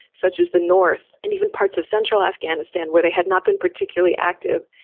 such as the north, and even parts of central afghanistan where they had not been particularly active,